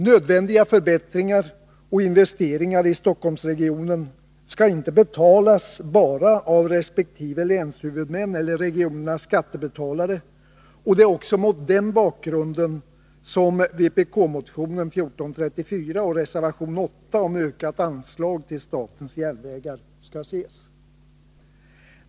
Nödvändiga förbättringar och investeringar i Stockholmsregionen skall inte betalas bara av resp. länshuvudmän eller regionens skattebetalare, och det är också mot denna bakgrund som vpk-motionen 1434 och reservationen 8 om ökat anslag till statens järnvägar skall ses.